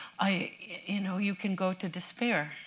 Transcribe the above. you know you can go to despair,